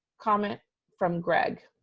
comment from greg.